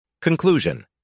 Conclusion